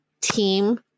Team